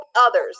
others